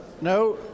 no